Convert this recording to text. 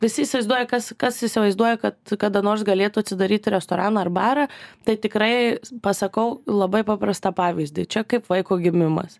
visi įsivaizduoja kas kas įsivaizduoja kad kada nors galėtų atsidaryti restoraną ar barą tai tikrai pasakau labai paprastą pavyzdį čia kaip vaiko gimimas